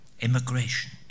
immigration